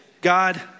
God